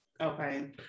Okay